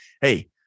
Hey